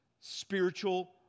spiritual